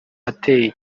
ateye